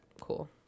cool